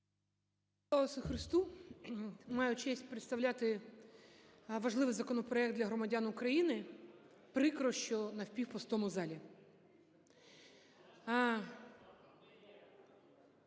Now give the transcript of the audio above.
Ісусу Христу! Маю честь представляти важливий законопроект для громадян України, прикро, що в напівпустому залі.